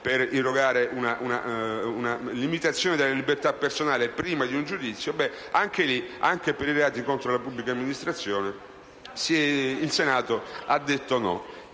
per irrogare una limitazione della libertà personale prima di un giudizio. Anche per i reati contro la pubblica amministrazione il Senato ha detto no.